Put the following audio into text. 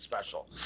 special